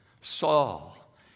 Saul